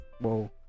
whoa